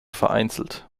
vereinzelt